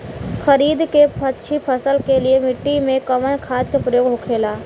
खरीद के अच्छी फसल के लिए मिट्टी में कवन खाद के प्रयोग होखेला?